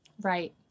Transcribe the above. Right